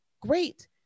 great